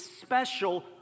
special